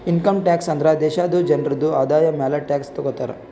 income tax ಅಂದುರ್ ದೇಶಾದು ಜನ್ರುದು ಆದಾಯ ಮ್ಯಾಲ ಟ್ಯಾಕ್ಸ್ ತಗೊತಾರ್